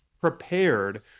prepared